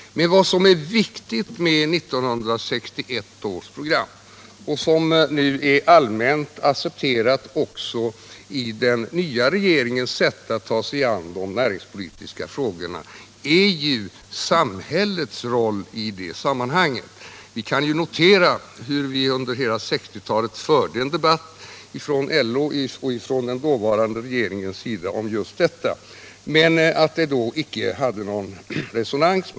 Men vad som är viktigt med 1961 års program och som nu är allmänt accepterat — också i den nya regeringens sätt att ta sig an de näringspolitiska frågorna — är ju samhällets roll i det sammanhanget. Under hela 1960-talet förde LO och den dåvarande regeringen en debatt om just detta, men då fanns det ingen resonans på annat håll.